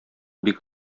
бик